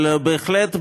אבל בהחלט בכוונתי,